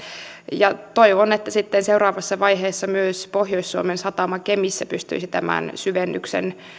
ja toivon että sitten seuraavassa vaiheessa myös pohjois suomen satama kemissä pystyisi tämän syvennyksen